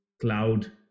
Cloud